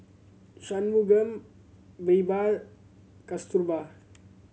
Shunmugam Birbal Kasturba